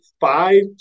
five